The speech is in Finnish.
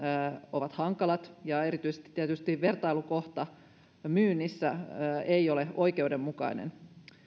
ovat hankalat ja tietysti erityisesti vertailukohta myynnissä ei ole oikeudenmukainen